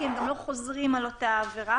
כי הם גם לא חוזרים על אותה עבירה.